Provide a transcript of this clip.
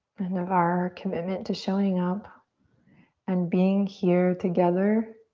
and of our commitment to showing up and being here together,